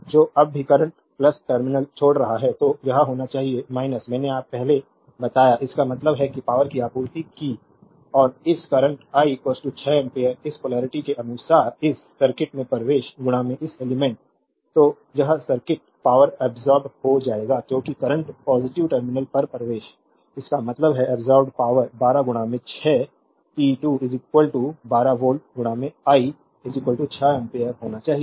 तो जब भी करंट टर्मिनल छोड़ रहा है तो यह होना चाहिए मैंने पहले बताया इसका मतलब है पावरकी आपूर्ति की और इस करंट आई 6 एम्पीयर इस पोलेरिटी के अनुसार इस सर्किट में प्रवेश इस एलिमेंट्स तो यह सर्किट पावरअब्सोर्बेद हो जाएगा क्योंकि करंट पॉजिटिव टर्मिनल पर प्रवेश इसका मतलब है अब्सोर्बेद पावर12 6 पी 2 12 वोल्ट आई 6 एम्पियर होना चाहिए